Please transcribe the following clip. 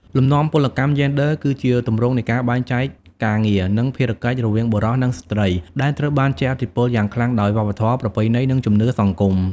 លំនាំពលកម្មយេនឌ័រ គឺជាទម្រង់នៃការបែងចែកការងារ និងភារកិច្ចរវាងបុរស និងស្ត្រី ដែលត្រូវបានជះឥទ្ធិពលយ៉ាងខ្លាំងដោយវប្បធម៌ ប្រពៃណី និងជំនឿសង្គម។